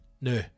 no